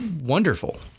wonderful